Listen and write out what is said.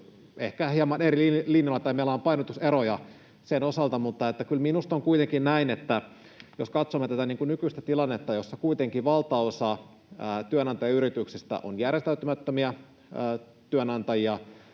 ehkä hieman eri linjoilla — tai meillä on painotuseroja sen osalta — että kyllä minusta on kuitenkin näin, että jos katsomme tätä nykyistä tilannetta, jossa kuitenkin valtaosa työnantajayrityksistä on järjestäytymättömiä työnantajia,